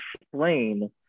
explain